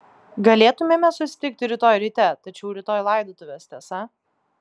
galėtumėme susitikti rytoj ryte tačiau rytoj laidotuvės tiesa